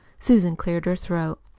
susan cleared her throat.